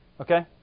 Okay